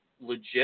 legit